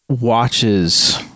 watches